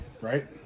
Right